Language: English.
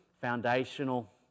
foundational